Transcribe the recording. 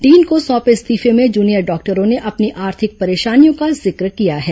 dean को सौंपे इस्तीफे में जूनियर डॉक्टरों ने अपनी आर्थिक परेशानियों का जिक्र किया है